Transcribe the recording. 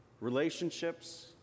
relationships